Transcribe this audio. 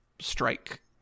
strike